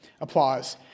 applause